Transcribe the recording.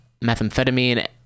methamphetamine